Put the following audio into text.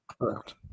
Correct